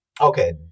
Okay